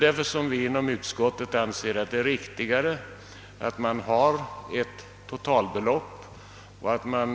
Därför anser vi inom utskottet det vara riktigare med ett totalbelopp.